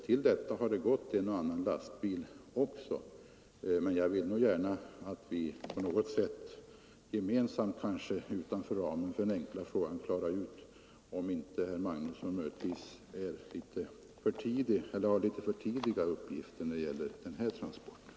Därutöver har det gått Jag vill gärna att vi på något sätt gemensamt, kanske utanför ramen för den enkla frågan, klarar ut om inte herr Magnusson har litet för tidiga uppgifter när det gäller den här transporten.